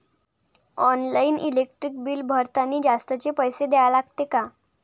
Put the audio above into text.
Online electric bill भरतानी जास्तचे पैसे द्या लागते का?